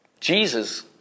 Jesus